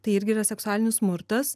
tai irgi yra seksualinis smurtas